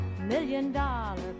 million-dollar